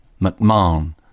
McMahon